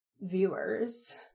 viewers